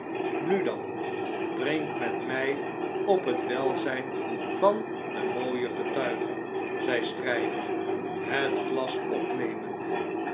nu dan i drink met mij op het welzrjn van de mooie getuige zeir het glas opnemende